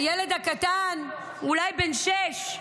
הילד הקטן אולי בן שש.